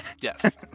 Yes